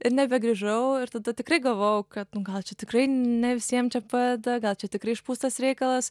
ir nebegrįžau ir tada tikrai galvojau kad nu gal čia tikrai ne visiem čia padeda gal čia tikrai išpūstas reikalas